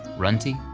runty,